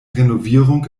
renovierung